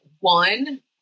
One